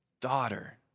daughter